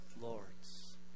lords